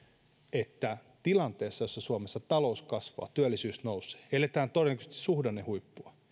että tilanteessa jossa suomessa talous kasvaa ja työllisyys nousee ja eletään todennäköisesti suhdannehuippua